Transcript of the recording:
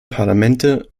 parlamente